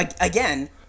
Again